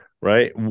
right